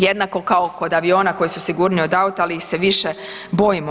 Jednako kao kod aviona koji su sigurniji od auta, ali ih se više bojimo.